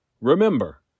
Remember